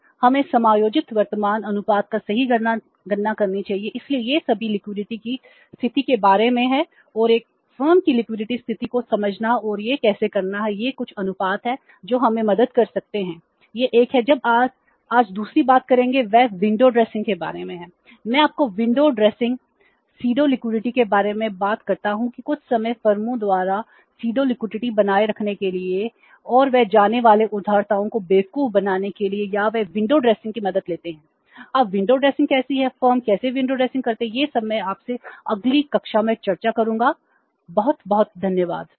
लेकिन हमें समायोजित वर्तमान अनुपात की सही गणना करनी चाहिए इसलिए यह सभी लिक्विडिटीके बारे में है मैं आपसे विंडो ड्रेसिंग करते हैं यह सब मैं आपसे अगली कक्षा में चर्चा करूँगा बहुत बहुत धन्यवाद